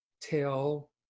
Tell